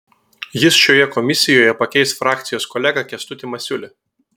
jis šioje komisijoje pakeis frakcijos kolegą kęstutį masiulį